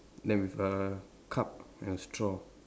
then with a cup and a straw